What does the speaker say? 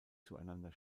zueinander